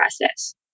process